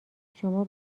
شما